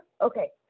Okay